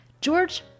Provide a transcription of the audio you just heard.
George